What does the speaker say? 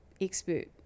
expert